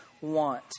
want